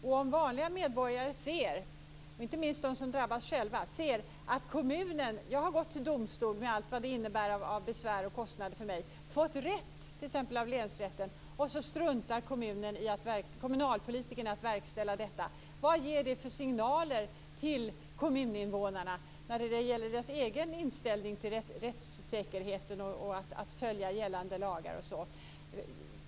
Om vanliga medborgare, inte minst de som drabbas själva, ser att jag går till domstol med allt vad det innebär av besvär och kostnader för mig och får rätt t.ex. av länsrätten och att kommunalpolitikerna struntar i att verkställa detta - vad ger då det för signaler till kommuninvånarna när det gäller deras egen inställning till rättssäkerheten och till att följa gällande lagar?